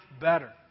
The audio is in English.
better